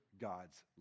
God's